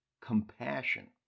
compassion